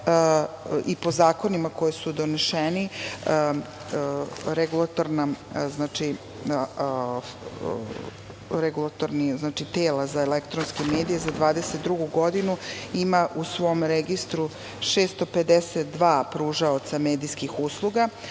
i po zakonima, koji su doneseni, regulatorna tela za elektronske medije za 2022. godinu ima u svom registru 652 pružaoca medijskih usluga.